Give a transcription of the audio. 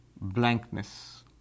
blankness